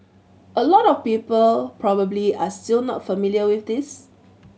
a lot of people probably are still not familiar with this